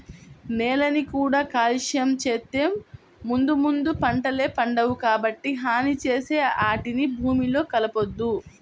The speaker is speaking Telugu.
నేలని కూడా కాలుష్యం చేత్తే ముందు ముందు పంటలే పండవు, కాబట్టి హాని చేసే ఆటిని భూమిలో కలపొద్దు